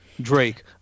Drake